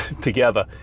together